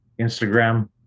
Instagram